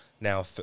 now